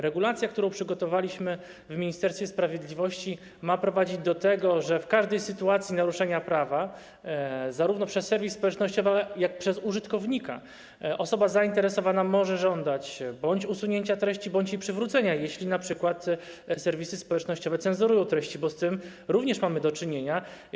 Regulacja, którą przygotowaliśmy w Ministerstwie Sprawiedliwości, ma prowadzić do tego, że w każdej sytuacji naruszenia prawa, zarówno przez serwis społecznościowy, jak i przez użytkownika, osoba zainteresowana może żądać bądź usunięcia treści, bądź jej przywrócenia, jeśli serwisy społecznościowe np. cenzurują treści, bo z tym również mamy do czynienia.